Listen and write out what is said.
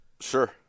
Sure